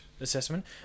assessment